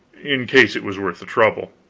in case it was worth the trouble